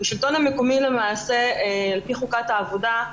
בשלטון המקומי למעשה, על פי חוקת העבודה,